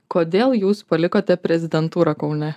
kodėl jūs palikote prezidentūrą kaune